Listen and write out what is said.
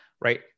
right